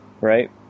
right